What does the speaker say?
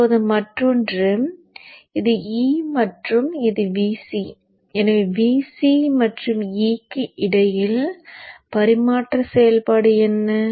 இப்போது மற்றொன்று இது e மற்றும் இது Vc எனவே Vc மற்றும் e க்கு இடையில் பரிமாற்ற செயல்பாடு என்ன